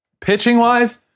pitching-wise